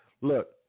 Look